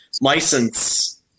license